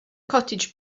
cottage